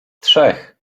trzech